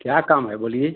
क्या काम है बोलिए